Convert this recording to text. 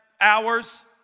hours